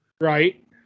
Right